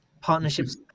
Partnerships